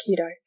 keto